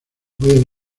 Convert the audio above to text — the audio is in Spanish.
puede